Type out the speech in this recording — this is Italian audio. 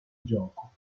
gioco